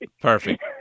perfect